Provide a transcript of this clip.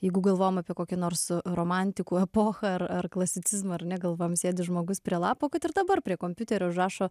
jeigu galvojam apie kokį nors romantikų epochą ar ar klasicizmą ar ne galvojam sėdi žmogus prie lapo kad ir dabar prie kompiuterio užrašo